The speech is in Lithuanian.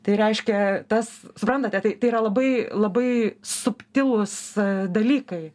tai reiškia tas suprantate tai tai yra labai labai subtilūs dalykai